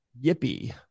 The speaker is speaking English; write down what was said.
Yippee